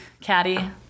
Caddy